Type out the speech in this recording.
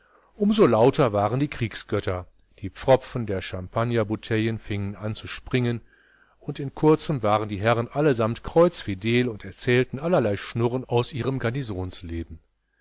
so lauter waren die kriegsgötter die pfropfen der champagnerbouteillen fingen an zu springen und in kurzem waren die herren allesamt kreuzfidel und erzählten allerlei schnurren aus ihrem